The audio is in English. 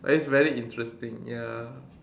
but it's very interesting ya